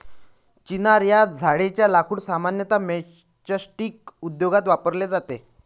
चिनार या झाडेच्या लाकूड सामान्यतः मैचस्टीक उद्योगात वापरले जाते